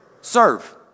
serve